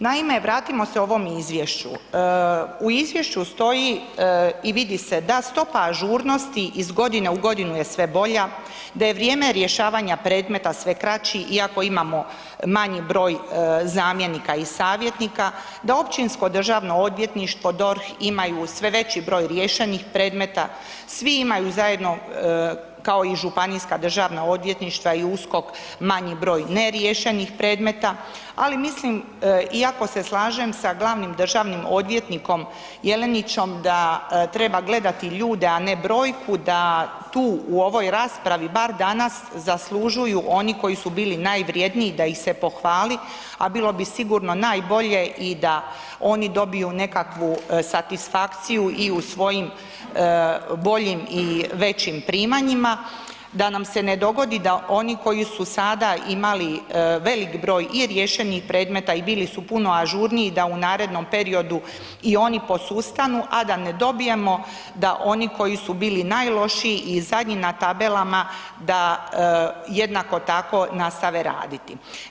Naime, vratimo se ovom izvješću, u izvješću stoji i vidi se da stopa ažurnosti iz godine u godinu je sve bolja, da je vrijeme rješavanja predmeta sve kraći iako imamo manji broj zamjenika i savjetnika, da općinsko državno odvjetništvo, DORH imaju sve veći broj riješenih predmeta, svi imaju zajedno kao i županijska državna odvjetništva i USKOK manji broj neriješenih predmeta, ali mislim iako se slažem sa glavnim državnim odvjetnikom Jelenićem da treba gledati ljude, a ne broju da tu u ovoj raspravi bar danas zaslužuju oni koji su bili najvrjedniji da ih se pohvali, a bilo bi sigurno najbolje i da oni dobiju nekakvu satisfakciju i u svojim boljim i većim primanjima da nam se ne dogodi da oni koji su sada imali veliki broj i riješenih predmeta i bili su puno ažurniji da u narednom periodu i oni posustanu, a da ne dobijemo da oni koji su bili najlošiji i zadnji na tabelama da jednako tako nastave raditi.